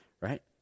right